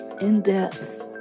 in-depth